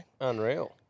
Unreal